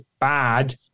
bad